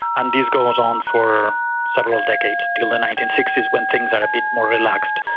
and this goes on for several decades, until the nineteen sixty s when things are a bit more relaxed,